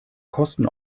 kosten